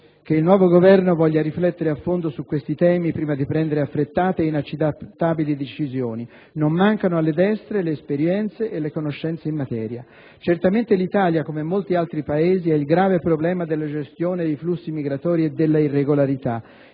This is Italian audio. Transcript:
che il nuovo Governo voglia riflettere a fondo su questi temi prima di prendere affrettate e inaccettabili decisioni; non mancano alle destre le esperienze e le conoscenze in materia. Certamente l'Italia, come molti altri Paesi, ha il grave problema della gestione dei flussi migratori e della irregolarità